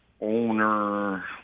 owner